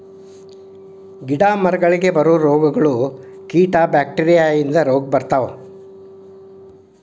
ಗಿಡಾ ಮರಗಳಿಗೆ ಬರು ರೋಗಗಳು, ಕೇಟಾ ಬ್ಯಾಕ್ಟೇರಿಯಾ ಇಂದ ರೋಗಾ ಬರ್ತಾವ